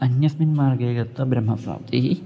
अन्यस्मिन् मार्गे गत्वा ब्रह्मसम्प्राप्तिः